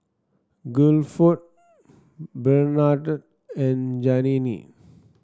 Guilford Bernhard and Janene